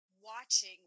watching